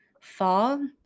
fall